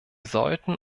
sollten